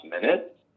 minute